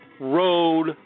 Road